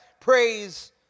praise